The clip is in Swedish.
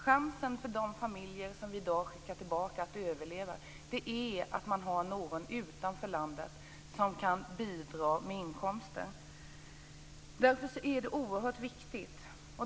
Chansen för de familjer som vi i dag skickar tillbaka att överleva är att någon utanför landet kan bidra med inkomster.